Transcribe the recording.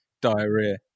diarrhea